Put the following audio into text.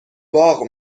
باغ